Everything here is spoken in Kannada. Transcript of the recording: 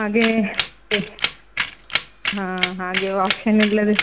ಹಾಗೆ ಹಾಂ ಹಾಗೆ ಒಪ್ಷನಿಲ್ಲದೆ